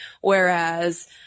Whereas